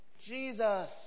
Jesus